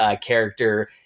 character